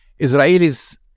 Israelis